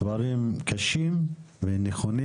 דברים קשים ונכונים.